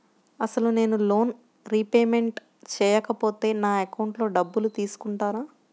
అసలు నేనూ loan repayment చేయకపోతే నా అకౌంట్లో డబ్బులు తీసుకుంటారా?